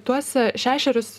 tuos šešerius